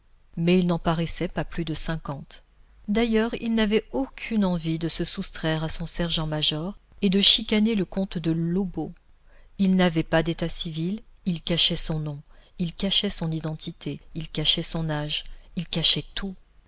mais il n'en paraissait pas plus de cinquante d'ailleurs il n'avait aucune envie de se soustraire à son sergent-major et de chicaner le comte de lobau il n'avait pas d'état civil il cachait son nom il cachait son identité il cachait son âge il cachait tout